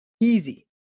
easy